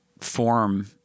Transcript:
form